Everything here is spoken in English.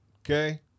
okay